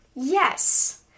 Yes